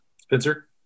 Spencer